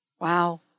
Wow